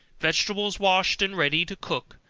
vegetables washed and ready to cook,